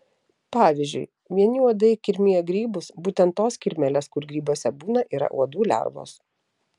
pavyzdžiui vieni uodai kirmija grybus būtent tos kirmėlės kur grybuose būna yra uodų lervos